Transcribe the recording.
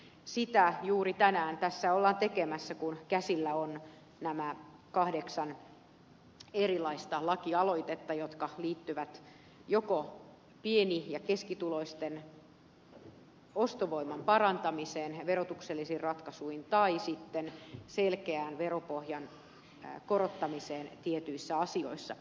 sitä juuri tänään tässä ollaan tekemässä kun käsillä on nämä kahdeksan erilaista lakialoitetta jotka liittyvät joko pieni ja keskituloisten ostovoiman parantamiseen verotuksellisin ratkaisuin tai sitten selkeään veropohjan korottamiseen tietyissä asioissa